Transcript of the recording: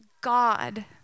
God